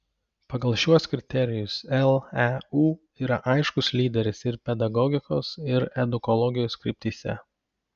pagal šiuos kriterijus leu yra aiškus lyderis ir pedagogikos ir edukologijos kryptyse